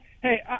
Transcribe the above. Hey